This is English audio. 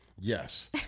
Yes